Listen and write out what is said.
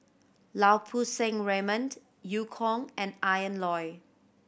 Lau Poo Seng Raymond Eu Kong and Ian Loy